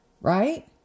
right